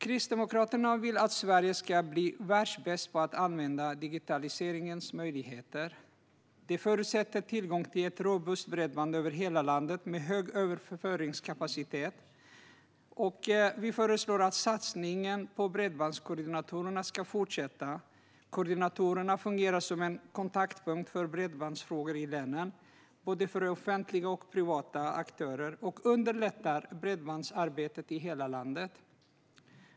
Kristdemokraterna vill att Sverige ska bli världsbäst på att använda digitaliseringens möjligheter. Det förutsätter tillgång till ett robust bredband över hela landet med hög överföringskapacitet. Vi föreslår att satsningen på bredbandskoordinatorerna ska fortsätta. Koordinatorerna fungerar som en kontaktpunkt för bredbandsfrågor i länen, för både offentliga och privata aktörer, och underlättar bredbandsarbetet i hela landet.